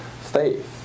faith